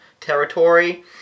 territory